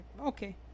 okay